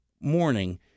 morning